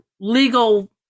legal